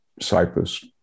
Cyprus